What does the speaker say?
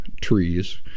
trees